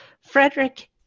Frederick